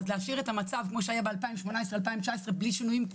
אז להשאיר את המצב כמו שהיה ב-2019-2018 בלי שינויים?